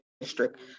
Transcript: district